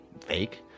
fake